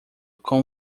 com